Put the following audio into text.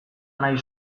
nahi